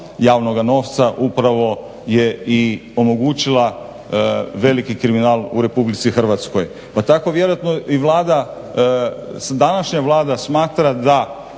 javnoga novca upravo je i omogućila veliki kriminal u RH. Pa tako vjerojatno i današnja Vlada smatra da